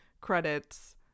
credits